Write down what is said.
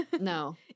no